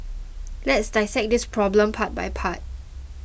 let's dissect this problem part by part